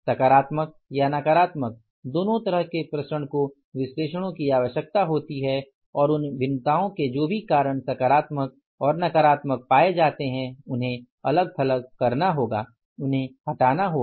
सकारात्मक या नकारात्मक दोनों तरह के प्रसरण को विश्लेषणों की आवश्यकता होती है और उन भिन्नताओं के जो भी कारण सकारात्मक और नकारात्मक पाए जाते हैं उन्हें अलग थलग करना होगा उन्हें हटाना होगा